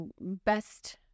best